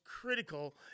critical